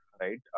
right